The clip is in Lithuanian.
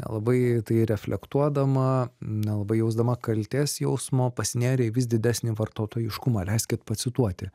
labai tai reflektuodama nelabai jausdama kaltės jausmo pasinėrė į vis didesnį vartotojiškumą leiskit pacituoti